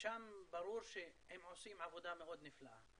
ושם ברור שהם עושים עבודה מאוד נפלאה,